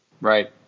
right